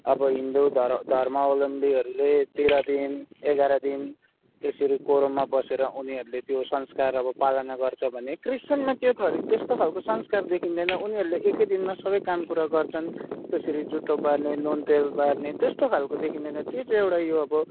अब हिन्दू धर धर्मावलम्बीहरूले तेह्र दिन एघार दिन त्यसरी कोरामा बसेर उनीहरूले त्योे संस्कार अब पालाना गर्छ भने क्रिसच्यनमा त्यो थरि त्यस्तो खाल्को संस्कार देखिदैन उनीहरूले एकै दिनमा सबै कामकुरा गर्छन् त्यसरी जुठो बार्ने नुन तेल बार्ने त्यस्तो खाल्को देखिन्दैन त्यो चाहिँ एउटा यो आबो